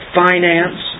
finance